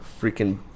freaking